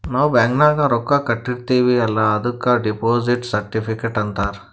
ನಾವ್ ಬ್ಯಾಂಕ್ಗ ರೊಕ್ಕಾ ಕಟ್ಟಿರ್ತಿವಿ ಅಲ್ಲ ಅದುಕ್ ಡೆಪೋಸಿಟ್ ಸರ್ಟಿಫಿಕೇಟ್ ಅಂತಾರ್